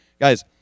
guys